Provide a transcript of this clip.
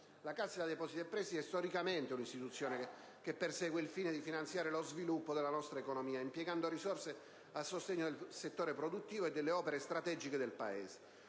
La Cassa depositi e prestiti è storicamente un'istituzione che persegue il fine di finanziare lo sviluppo della nostra economia, impiegando risorse a sostegno del settore produttivo e delle opere strategiche del Paese,